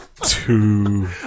Two